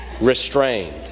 restrained